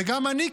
וגם אני,